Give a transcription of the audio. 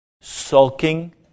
sulking